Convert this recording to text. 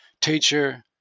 teacher